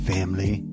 Family